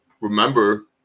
remember